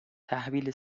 تحویل